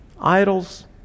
Idols